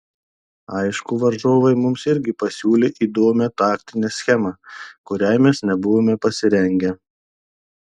aišku varžovai mums irgi pasiūlė įdomią taktinę schemą kuriai mes nebuvome pasirengę